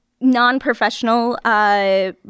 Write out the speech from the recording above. non-professional